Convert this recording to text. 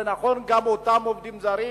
זה נכון גם שאותם עובדים זרים,